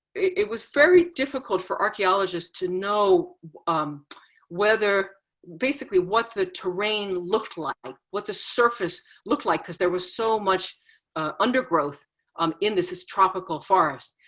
it was very difficult for archeologists to know um whether basically what the terrain looked like, what the surface looked like cause there was so much ah undergrowth um in this tropical forest,